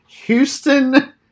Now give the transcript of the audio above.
Houston